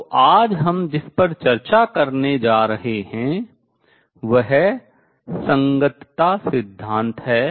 तो आज हम जिस पर चर्चा करने जा रहे हैं वह संगतता सिद्धांत है